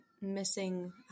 missing